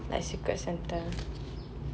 like secret